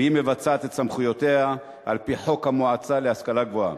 והיא מבצעת את סמכויותיה על-פי חוק המועצה להשכלה גבוהה.